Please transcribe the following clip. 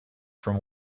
from